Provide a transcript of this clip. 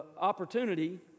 Opportunity